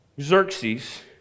Xerxes